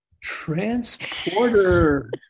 Transporter